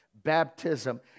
Baptism